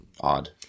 odd